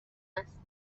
است